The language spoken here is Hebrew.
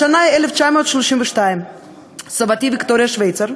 השנה היא 1932. סבתי, ויקטוריה שוויצר,